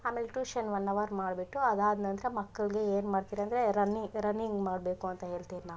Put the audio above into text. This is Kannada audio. ಆಮೇಲ್ ಟ್ಯೂಷನ್ ಒನ್ ಅವರ್ ಮಾಡಿಬಿಟ್ಟು ಅದಾದ ನಂತರ ಮಕ್ಕಳ್ಗೆ ಏನುಮಾಡ್ತೀರಾ ಅಂದರೆ ರನ್ನಿ ರನ್ನಿಂಗ್ ಮಾಡಬೇಕು ಅಂತ ಹೇಳ್ತೀವ್ ನಾವು